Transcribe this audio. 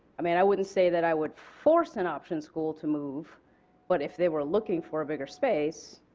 i mean i wouldn't say that i would force an option school to move but if they were looking for a bigger space,